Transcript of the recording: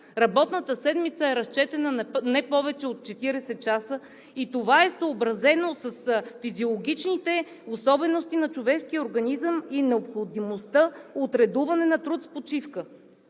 работната седмица е разчетена на не повече от 40 часа и това е съобразено с физиологичните особености на човешкия организъм и необходимостта от редуване на труд с почивка.